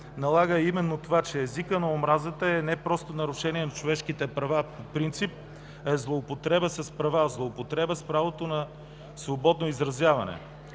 налага именно това, че езика на омразата е не просто нарушение на човешките права по принцип, а е злоупотреба с права, злоупотреба с правото на свободно изразяване.